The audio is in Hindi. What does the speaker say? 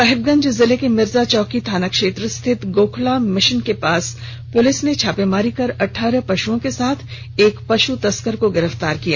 साहिबगंज जिले के मिर्चाचौकी थाना क्षेत्र स्थित गोखला मिशन के पास पुलिस ने छापेमारी कर अठारह पशुओं के साथ एक पशु तस्कर को गिरफ्तार किया है